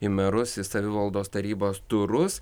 į merus į savivaldos tarybas turus